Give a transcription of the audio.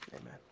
Amen